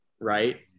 right